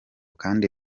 kandi